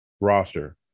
roster